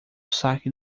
saque